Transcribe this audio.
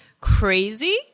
Crazy